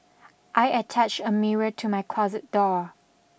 I attached a mirror to my closet door